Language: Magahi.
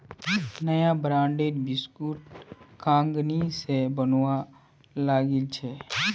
नया ब्रांडेर बिस्कुट कंगनी स बनवा लागिल छ